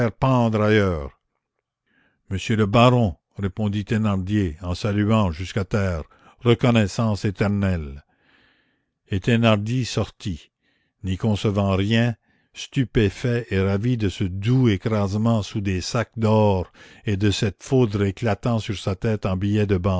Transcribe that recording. pendre ailleurs monsieur le baron répondit thénardier en saluant jusqu'à terre reconnaissance éternelle et thénardier sortit n'y concevant rien stupéfait et ravi de ce doux écrasement sous des sacs d'or et de cette foudre éclatant sur sa tête en billets de